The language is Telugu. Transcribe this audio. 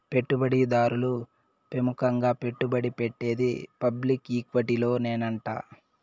పెట్టుబడి దారులు పెముకంగా పెట్టుబడి పెట్టేది పబ్లిక్ ఈక్విటీలోనేనంట